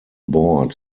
board